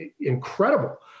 incredible